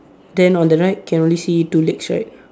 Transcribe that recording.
then on the right can only see two legs right